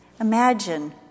Imagine